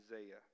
Isaiah